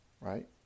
Right